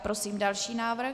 Prosím další návrh.